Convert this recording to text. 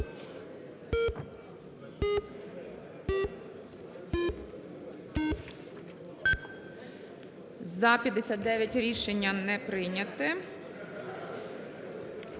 За-59 Рішення не прийняте.